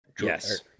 yes